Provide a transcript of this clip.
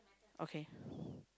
okay